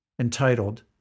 entitled